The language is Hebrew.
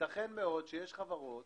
ייתכן מאוד שיש חברות